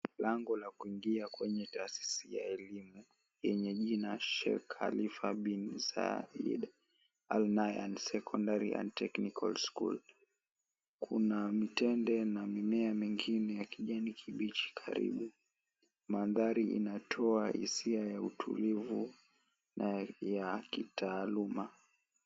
Lango la kuingia kwenye tahasisi ya elimu yenye jina Sheik Alfa Bin Saeed Al-Nayan Technical and Secondary School. Kuna mitende na mimea mingine ya kijani kibichi karibu. Magari yanatoa hisia tulivu na ya kitaluma.